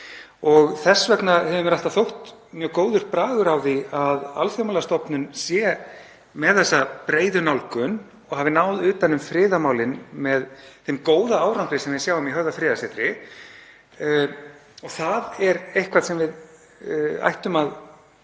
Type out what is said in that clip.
Þess vegna hefur mér alltaf þótt mjög góður bragur á því að Alþjóðamálastofnun sé með þessa breiðu nálgun og hafi náð utan um friðarmálin með þeim góða árangri sem við sjáum í Höfða friðarsetri. Það er eitthvað sem við ættum að